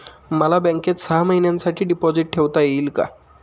मला बँकेत सहा महिन्यांसाठी डिपॉझिट ठेवता येईल का?